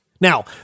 Now